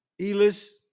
elis